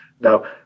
Now